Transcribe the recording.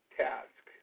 task